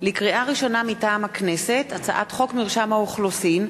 5 מזכירת הכנסת ירדנה מלר-הורוביץ: